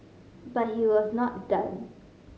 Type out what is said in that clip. but he was not done